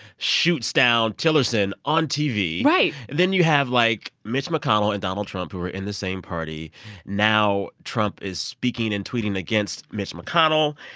shoots down tillerson on tv right then you have, like, mitch mcconnell and donald trump, who are in the same party now trump is speaking and tweeting against mitch mcconnell.